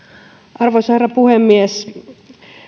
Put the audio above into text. arvoisa herra puhemies